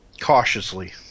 Cautiously